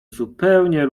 zupełnie